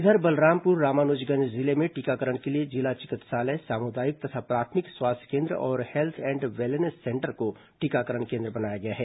इधर बलरामपुर रामानुजगंज जिले में टीकाकरण के लिए जिला चिकित्सालय सामुदायिक तथा प्राथमिक स्वास्थ्य केन्द्र और हेल्थ एंड वेलनेस सेंटर को टीकाकरण केन्द्र बनाया गया है